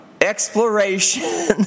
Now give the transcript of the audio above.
Exploration